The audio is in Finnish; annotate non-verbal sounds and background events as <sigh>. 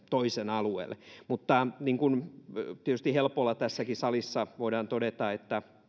toisen alueelle mutta tietysti helpolla tässäkin salissa voidaan todeta että <unintelligible>